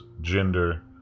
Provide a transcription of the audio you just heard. gender